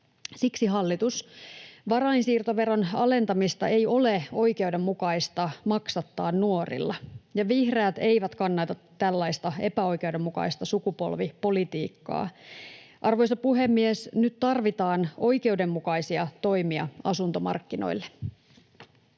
Siksi, hallitus, varainsiirtoveron alentamista ei ole oikeudenmukaista maksattaa nuorilla, ja vihreät eivät kannata tällaista epäoikeudenmukaista sukupolvipolitiikkaa. Arvoisa puhemies! Nyt tarvitaan oikeudenmukaisia toimia asuntomarkkinoille.